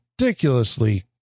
ridiculously